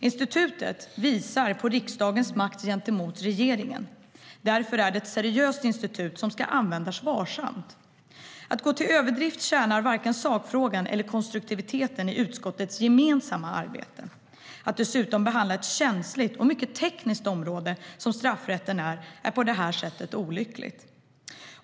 Institutet visar på riksdagens makt gentemot regeringen. Därför är det ett seriöst institut som ska användas varsamt. Att gå till överdrift tjänar varken sakfrågan eller konstruktiviteten i utskottets gemensamma arbete. Att dessutom behandla ett känsligt och tekniskt område som straffrätten på det här sättet är olyckligt.